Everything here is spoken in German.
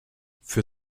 für